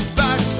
back